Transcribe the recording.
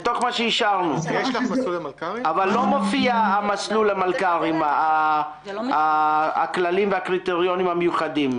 אבל לא מופיעים אצלנו הכללים והקריטריונים המיוחדים למלכ"רים.